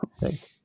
Thanks